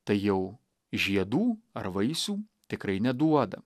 tai jau žiedų ar vaisių tikrai neduoda